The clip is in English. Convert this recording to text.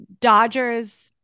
Dodgers